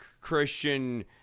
Christian